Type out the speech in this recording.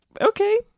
okay